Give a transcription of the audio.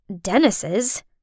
Dennis's